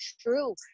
true